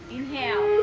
Inhale